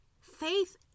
Faith